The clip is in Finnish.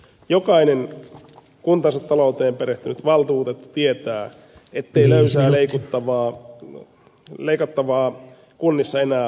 jokainen kuntansa talouteen perehtynyt valtuutettu tietää ettei löysää leikattavaa kunnissa enää ole